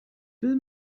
will